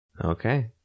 Okay